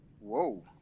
Whoa